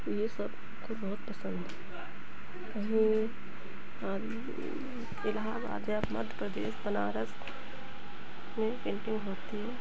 तो ये सब तो बहुत पसंद है जो हम इलाहाबाद व मध्य प्रदेश बनारस में पेंटिंग होती है